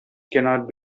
cannot